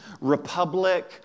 Republic